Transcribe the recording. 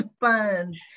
funds